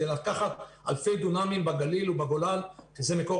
לקחת אלפי דונמים בגליל ובגולן כי זה מקור